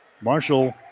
Marshall